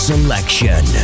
Selection